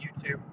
YouTube